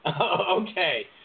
Okay